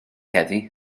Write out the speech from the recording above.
heddiw